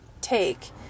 take